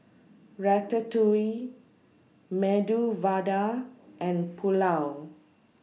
Ratatouille Medu Vada and Pulao